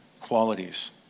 qualities